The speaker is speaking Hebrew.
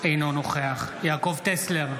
אינו נוכח יעקב טסלר,